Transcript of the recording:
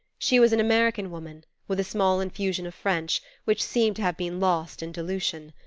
she was an american woman, with a small infusion of french which seemed to have been lost in dilution.